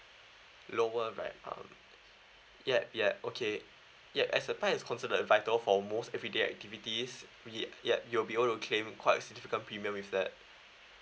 lower right um ya ya okay ya as the thigh is considered a vital for almost everyday activities ya you'll be able to claim quite significant premium with that